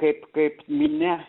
kaip kaip minia